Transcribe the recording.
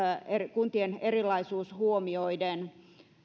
kuntien erilaisuus huomioiden